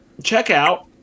checkout